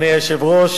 אדוני היושב-ראש,